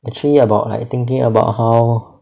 actually about like thinking about how